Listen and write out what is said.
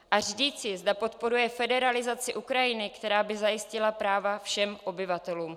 A říci, zda podporuje federalizaci Ukrajiny, která by zajistila práva všem obyvatelům.